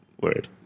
Word